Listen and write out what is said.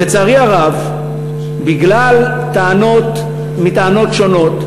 ולצערי הרב, בגלל טענות מטענות שונות,